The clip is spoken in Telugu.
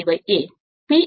P అనేది ల్యాప్ కనెక్షన్